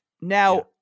Now